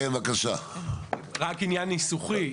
עניין ניסוחי,